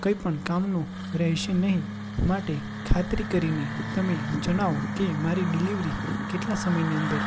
કંઈ પણ કામનો રહેશે નહીં માટે ખાતરી કરીને તમે જણાવો કે મારી ડિલિવરી કેટલા સમયની અંદર